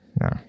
no